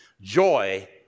joy